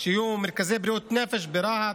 שיהיו מרכזי בריאות נפש ברהט,